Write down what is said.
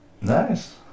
nice